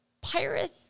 pirate